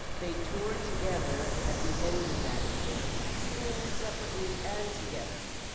they toured together at the end of that year, singing separately and together.